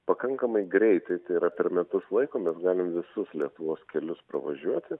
pakankamai greitai tai yra per metus laiko mes galim visus lietuvos kelius pravažiuoti